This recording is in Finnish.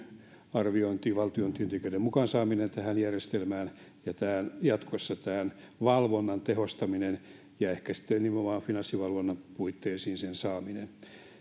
arviointi valtion työntekijöiden mukaan saaminen tähän järjestelmään ja jatkossa tämän valvonnan tehostaminen ja ja ehkä sitten nimenomaan sen saaminen finanssivalvonnan puitteisiin